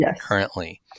currently